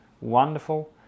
wonderful